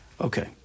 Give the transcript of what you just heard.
Okay